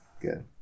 Good